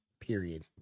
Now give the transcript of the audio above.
period